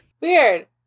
Weird